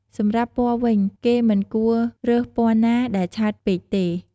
សម្រាប់់ពណ៌វិញ គេមិនគួររើសពណ៌ណាដែលឆើតពេកទេ។